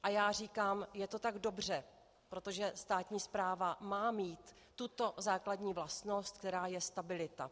A já říkám, že je to tak dobře, protože státní správa má mít tuto základní vlastnost, kterou je stabilita.